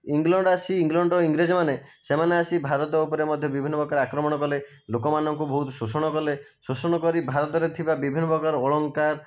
England ଆସି ଇଂଲଣ୍ଡର ଇଂରେଜ ମାନେ ସେମାନେ ଆସି ଭାରତ ଉପରେ ମଧ୍ୟ ବିଭିନ୍ନ ପ୍ରକାର ଆକ୍ରମଣ କଲେ ଲୋକମାନଙ୍କୁ ବହୁତ ଶୋଷଣ କଲେ ଶୋଷଣ କରି ଭାରତରେ ଥିବା ବିଭିନ୍ନ ପ୍ରକାର ଅଳଙ୍କାର